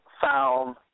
found